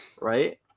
right